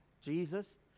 Jesus